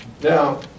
Now